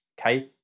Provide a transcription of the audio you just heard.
okay